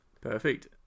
Perfect